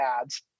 ads